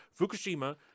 Fukushima